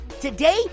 Today